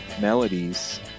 melodies